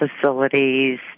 facilities